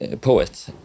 poet